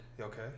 Okay